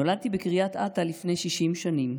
נולדתי בקריית אתא לפני 60 שנים,